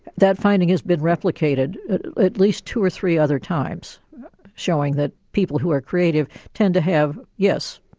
that finding has been replicated at least two or three other times showing that people who are creative tend to have yes,